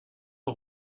ont